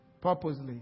purposely